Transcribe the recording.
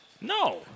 No